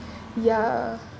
ya